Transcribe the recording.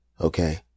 Okay